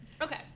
Okay